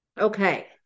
Okay